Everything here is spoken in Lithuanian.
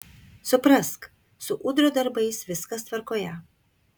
suprask su udrio darbais viskas tvarkoje